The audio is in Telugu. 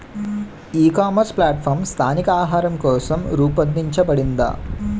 ఈ ఇకామర్స్ ప్లాట్ఫారమ్ స్థానిక ఆహారం కోసం రూపొందించబడిందా?